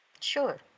Sure